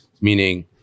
meaning